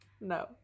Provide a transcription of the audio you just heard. No